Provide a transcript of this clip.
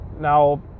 Now